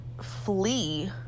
flee